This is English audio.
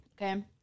Okay